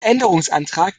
änderungsantrag